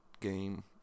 game